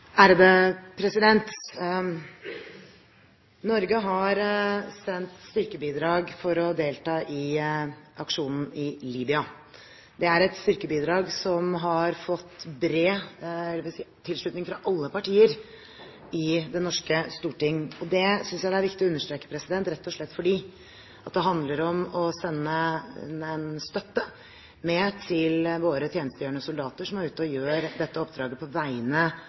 Siv Jensen. Norge har sendt styrkebidrag for å delta i aksjonen i Libya. Det er et styrkebidrag som har fått tilslutning fra alle partier i Det norske storting, og det synes jeg det er viktig å understreke – rett og slett fordi det handler om å sende en støtte med til våre tjenestegjørende soldater som er ute og gjør dette oppdraget på vegne